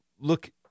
look